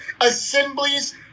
Assemblies